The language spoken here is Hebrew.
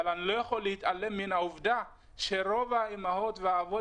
אבל אני לא יכול להתעלם מהעבודה שרוב האימהות והאבות